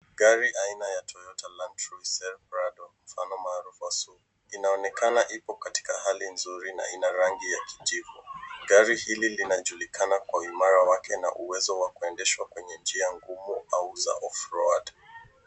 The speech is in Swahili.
Gari ai na ya Toyota Landrcriser Prado mfano maarufu wa SUV. Inaonekana ipo katika hali nzuri na ina rangi ya jivu. Gari hili linajulikana kwa imara yake na uwezo wa kuendeshwa kwenye njia ngumu au za offroad .